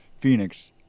Phoenix